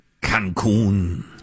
Cancun